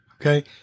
Okay